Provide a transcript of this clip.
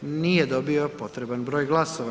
Nije dobio potreban broj glasova.